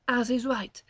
as is right,